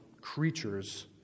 creatures